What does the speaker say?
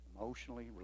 emotionally